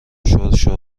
شرشر